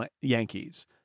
Yankees